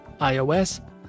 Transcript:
iOS